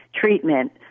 treatment